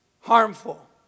harmful